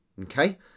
okay